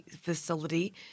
facility